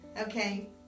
Okay